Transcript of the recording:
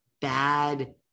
bad